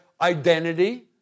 identity